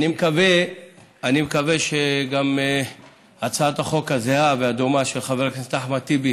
אני מקווה שגם הצעת החוק הזהה והדומה של חבר הכנסת אחמד טיבי